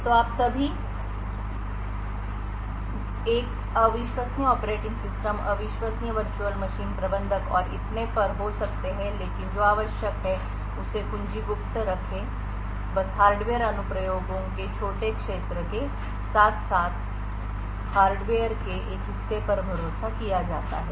तो आप अभी भी एक अविश्वसनीय ऑपरेटिंग सिस्टम अविश्वसनीय वर्चुअल मशीन प्रबंधक और इतने पर हो सकते हैं लेकिन जो आवश्यक है उसे कुंजी गुप्त रखें बस हार्डवेयर अनुप्रयोग के छोटे क्षेत्रों के साथ साथ हार्डवेयर के एक हिस्से पर भरोसा किया जाता है